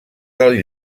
del